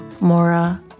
Mora